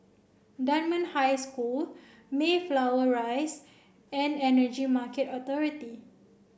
Dunman High School Mayflower Rise and Energy Market Authority